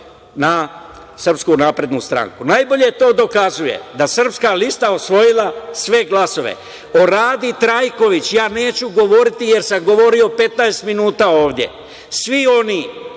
na Kosovu svale na SNS.Najbolje to dokazuje da je Srpska lista osvojila sve glasove. O Radi Trajković ja neću govoriti jer sam govorio 15 minuta ovde. Svi oni